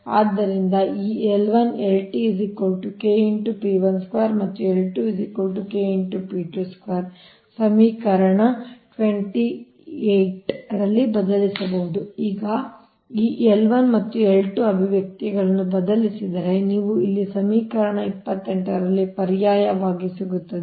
ಆದ್ದರಿಂದ ಈ L1 ಮತ್ತು ಸಮೀಕರಣ 28 ರಲ್ಲಿ ಬದಲಿಸಬಹುದು ಈ L1 ಮತ್ತು L2 ಅಭಿವ್ಯಕ್ತಿಗಳನ್ನು ಬದಲಿಸಿದರೆ ನೀವು ಇಲ್ಲಿ ಸಮೀಕರಣ 28 ರಲ್ಲಿ ಪರ್ಯಾಯವಾಗಿ ಸಿಗುತ್ತದೆ